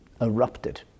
erupted